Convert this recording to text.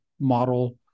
model